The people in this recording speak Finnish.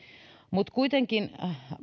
mutta kuitenkin